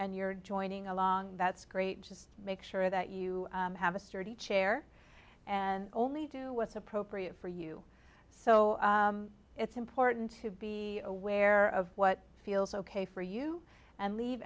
you're joining a long that's great just make sure that you have a sturdy chair and only do what's appropriate for you so it's important to be aware of what feels ok for you and leave